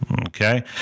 okay